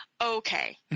Okay